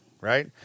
right